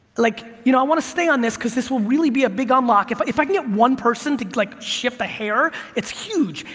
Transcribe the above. like, you know i want to stay on this because this will really be a big unlock. if if i can get one person to like shift a hair, it's huge.